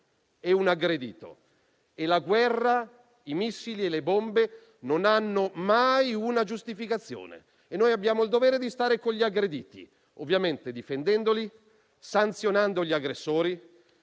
un aggredito e la guerra, i missili e le bombe non hanno mai una giustificazione. Noi abbiamo il dovere di stare con gli aggrediti, ovviamente difendendoli e sanzionando gli aggressori